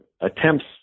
attempts